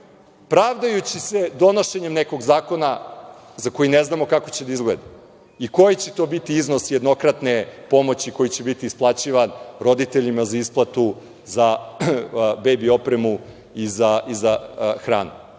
pravdajući se donošenjem nekog zakona za koji ne znamo kako će da izgleda i koji će to biti iznos jednokratne pomoći koja će biti isplaćivan roditeljima za isplatu za bebi opremu i za hranu.